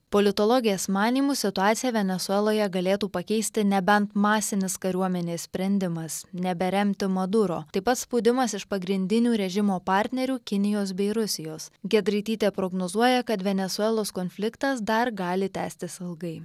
politologės manymu situaciją venesueloje galėtų pakeisti nebent masinis kariuomenės sprendimas neberemti maduro taip pat spaudimas iš pagrindinių režimo partnerių kinijos bei rusijos giedraitytė prognozuoja kad venesuelos konfliktas dar gali tęstis ilgai